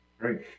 great